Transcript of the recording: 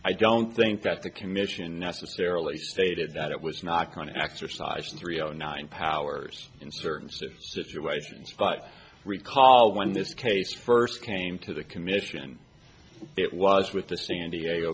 i don't think that the commission necessarily stated that it was not going to exercise three zero nine powers in certain situations but recall when this case first came to the commission it was with the san diego